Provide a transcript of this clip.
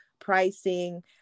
pricing